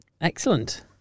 Excellent